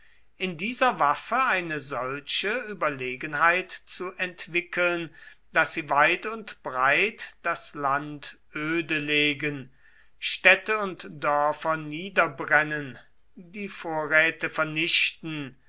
in dieser waffe eine solche überlegenheit zu entwickeln daß sie weit und breit das land öde legen städte und dörfer niederbrennen die vorräte vernichten